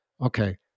Okay